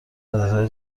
مدادهای